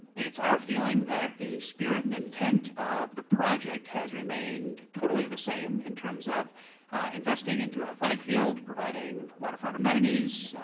it's our feeling that the spirit and intent of the project has remained totally the same in terms of investing into athletic field, providing waterfront amenities,